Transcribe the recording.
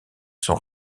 sont